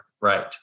right